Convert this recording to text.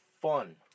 fun